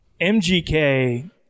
MGK